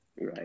Right